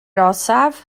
orsaf